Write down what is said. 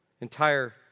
entire